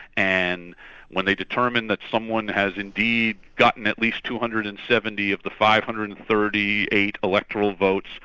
and when they determine that someone has indeed gotten at least two hundred and seventy of the five hundred and thirty eight electoral votes,